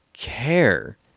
care